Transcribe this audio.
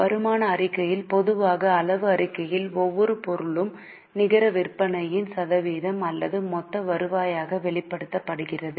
வருமான அறிக்கையில் பொதுவான அளவு அறிக்கையில் ஒவ்வொரு பொருளும் நிகர விற்பனையின் சதவீதம் அல்லது மொத்த வருவாயாக வெளிப்படுத்தப்படுகிறது